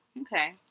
okay